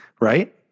right